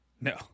No